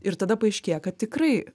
ir tada paaiškėja kad tikrai